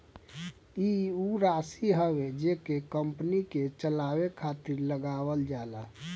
ई ऊ राशी हवे जेके कंपनी के चलावे खातिर लगावल जाला